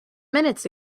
minutes